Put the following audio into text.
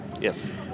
Yes